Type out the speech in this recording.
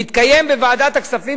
יתקיים בוועדת הכספים,